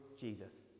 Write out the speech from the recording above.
Jesus